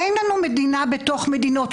אין לנו מדינה בתוך מדינות.